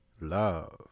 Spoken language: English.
love